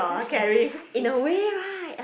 damn scary in a way right